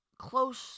close